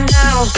now